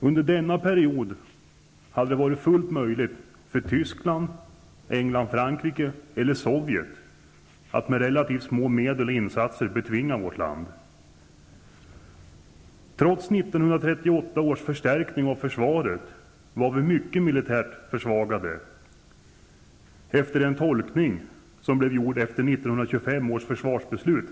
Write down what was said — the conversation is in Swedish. Under denna period hade det varit fullt möjligt för Tyskland, England, Frankrike eller Sovjet att med relativt små medel och insatser betvinga vårt land. Trots 1938 års förstärkning av försvaret var vi mycket militärt försvagade efter 1925 års nedrustningsbeslut.